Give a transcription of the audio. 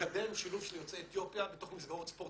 מקדם שילוב של יוצאי אתיופיה בתוך מסגרות ספורט